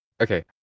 okay